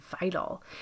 vital